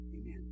Amen